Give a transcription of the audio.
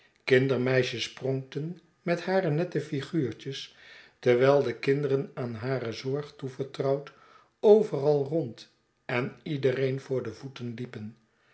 kindermeisjes pronkten met hare nette figuurtjes terwijl de kinderen aan hare zorg toevertrouwd overal rond en iedereen voor de voeten liepen